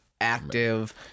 active